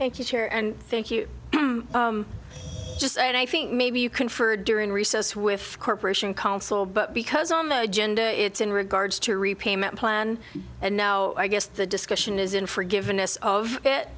thank you here and thank you just i think maybe you can for during recess with corporation counsel but because on the agenda it's in regards to repayment plan and now i guess the discussion is in forgiveness of it